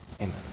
Amen